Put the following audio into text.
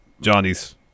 Johnny's